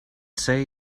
say